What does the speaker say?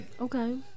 Okay